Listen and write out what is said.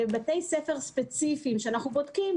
לבתי ספר ספציפיים שאנחנו בודקים.